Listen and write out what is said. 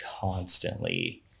constantly